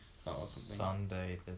Sunday